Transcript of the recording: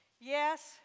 Yes